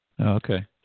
Okay